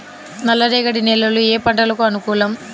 నల్లరేగడి నేలలు ఏ పంటలకు అనుకూలం?